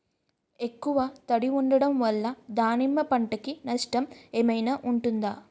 ఎక్కువ తడి ఉండడం వల్ల దానిమ్మ పంట కి నష్టం ఏమైనా ఉంటుందా?